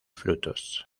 frutos